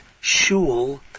Shul